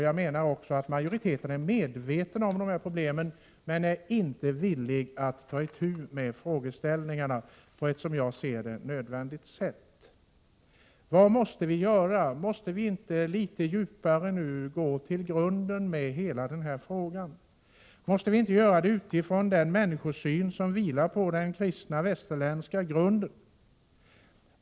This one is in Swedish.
Jag tror också att majoriteten är medveten om dessa problem men att den inte är villig att ta itu med frågeställningarna på ett som jag ser det nödvändigt sätt. Vad måste vi göra? Måste vi inte nu gå till grunden med hela denna fråga? Måste vi inte göra det utifrån den människosyn som vilar på den kristna västerländska grunden?